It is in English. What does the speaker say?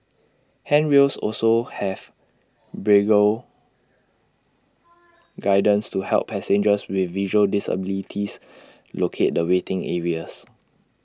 handrails also have braille guidance to help passengers with visual disabilities locate the waiting areas